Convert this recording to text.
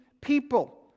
people